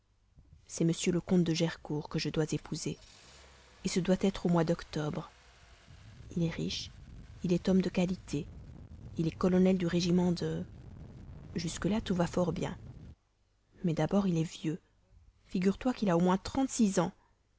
c'est m le comte de gercourt que je dois épouser ce doit être au mois d'octobre il est riche il est homme de qualité il est colonel du régiment de jusques là tout va fort bien mais d'abord il est vieux figure-toi qu'il a au moins trente-six ans